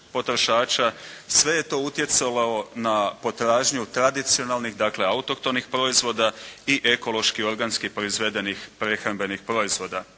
Sve je to utjecalo na potražnju tradicionalnih, dakle autohtonih proizvoda i ekološki organski proizvedenih prehrambenih proizvoda.